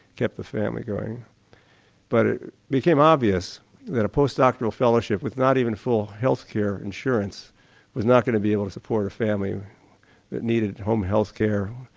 kept the family going but it became obvious that a post doctoral fellowship with not even full health care insurance was not going to be able to support a family that needed home health care,